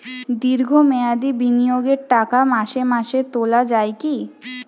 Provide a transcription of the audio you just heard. দীর্ঘ মেয়াদি বিনিয়োগের টাকা মাসে মাসে তোলা যায় কি?